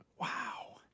Wow